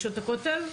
נשות הכותל?